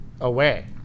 away